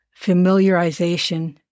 familiarization